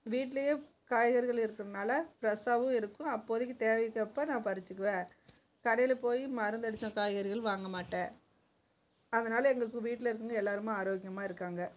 வீட்டிலயே காய்கறிகள் இருக்கிறதுனால ஃப்ரெஷ்ஷாவும் இருக்கும் அப்போதைக்கு தேவைக்கேற்ப நான் பறிச்சிக்குவேன் கடையில் போய் மருந்தடித்த காய்கறிகள் வாங்க மாட்டேன் அதனால எங்கள் வீட்ல இருக்கவங்க எல்லாருமாக ஆரோக்கியமாக இருக்காங்க